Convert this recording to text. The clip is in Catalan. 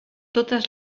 totes